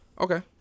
Okay